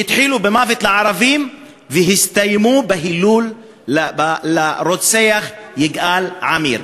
שהתחילו ב"מוות לערבים" והסתיימו בהלל לרוצח יגאל עמיר.